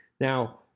Now